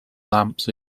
lamps